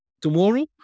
Tomorrow